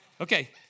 Okay